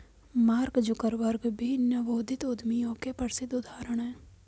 mark Zuckerberg भी नवोदित उद्यमियों के प्रसिद्ध उदाहरण हैं